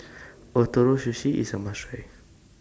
Ootoro Sushi IS A must Try